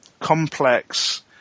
complex